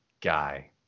guy